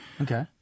Okay